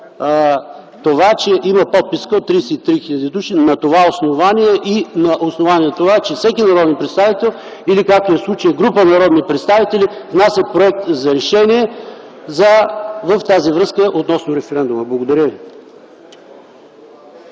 това, че има подписка от 33 хил. души – на това основание, и на основание на това, че всеки народен представител, или както е в случая, група народни представители, внасят проект за решение в тази връзка относно референдума. Благодаря ви.